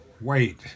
Wait